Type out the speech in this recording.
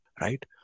right